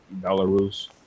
Belarus